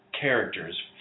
characters